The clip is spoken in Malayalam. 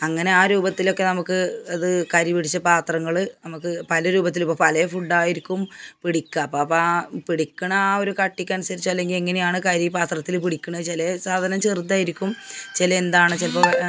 അങ്ങനെ ആ രൂപത്തിലൊക്കെ നമുക്ക് അത് കരിപിടിച്ച പാത്രങ്ങള് നമുക്ക് പല രൂപത്തിലിപ്പോള് പലേ ഫുഡായിരിക്കും പിടിക്കുക അപ്പാപ്പാ പിടിക്കുന്ന ആ ഒരു കട്ടിക്കനുസരിച്ചോ അല്ലെങ്കില് എങ്ങനെയാണ് കരി പാത്രത്തില് പിടിക്കണോയിച്ചാല് സാധനം ചെറുതായിരിക്കും ചിലെ എന്താണ് ചിലപ്പോള്